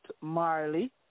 Marley